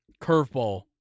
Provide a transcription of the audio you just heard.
curveball